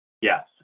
Yes